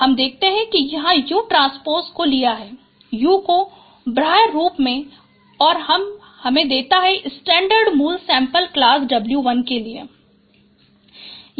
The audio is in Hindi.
तो हम देखते है यंहां u ट्रांसपोज़ को लिया है u को बाह्य रूप में और यह हमें देता है स्कैटर्ड मूल सैंपल क्लास W1 के लिए